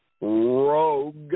rogue